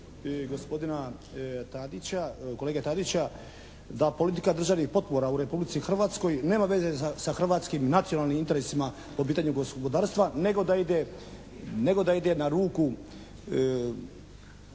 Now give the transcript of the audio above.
gospodina Tadića, kolege Tadića da politika državnih potpora u Republici Hrvatskoj nema veze sa hrvatskim nacionalnim interesima po pitanju gospodarstva nego da ide na ruku i